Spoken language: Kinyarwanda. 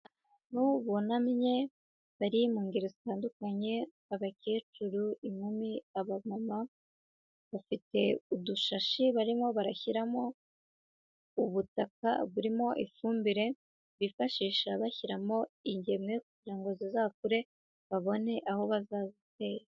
Abantu bunamye bari mu ngeri zitandukanye: abakecuru, inkumi, abamama, bafite udushashi barimo barashyiramo ubutaka burimo ifumbire bifashisha bashyiramo ingemwe, kugira ngo zizakure babone aho bazazitera.